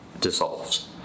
dissolves